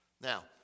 Now